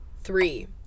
three